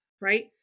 right